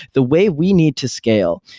the way we need to scale,